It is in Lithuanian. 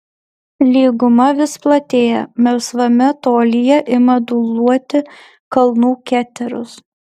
lyguma vis platėja melsvame tolyje ima dūluoti kalnų keteros